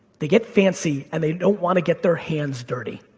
they get fancy and they don't want to get their hands dirty.